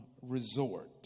resort